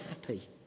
happy